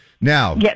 Now